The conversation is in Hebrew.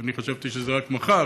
שאני חשבתי שזה רק מחר,